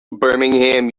birmingham